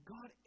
God